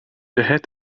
ahead